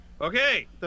Okay